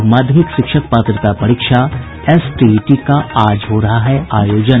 और माध्यमिक शिक्षक पात्रता परीक्षा एसटीईटी का आज हो रहा है आयोजन